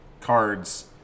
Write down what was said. cards